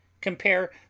Compare